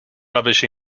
rubbish